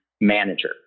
manager